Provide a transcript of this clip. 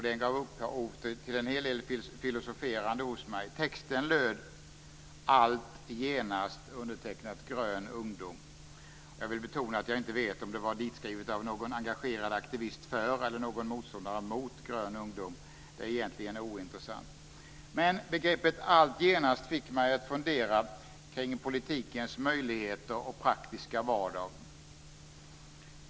Den gav upphov till en del filosoferande hos mig. Texten löd: Allt genast. Den var undertecknad av Grön ungdom. Jag vill betona att jag inte vet om det var ditskrivet av någon engagerad aktivist för eller någon motståndare mot Grön ungdom. Det är egentligen ointressant. Men begreppet allt genast fick mig att fundera kring politikens möjligheter och praktiska vardag.